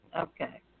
Okay